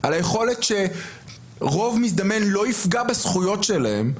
על היכולת שרוב מזדמן לא יפגע בזכויות שלהם,